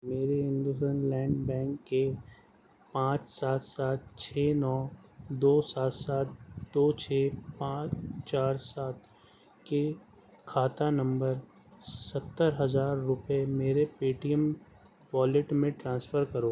میرے IndusInd لینڈ bank کے پانچ سات سات چھ نو دو سات سات دو چھ پانچ چار سات کے کھاتہ نمبر ستر ہزار روپئے میرے پے ٹی ایم والیٹ میں ٹرانسفر کرو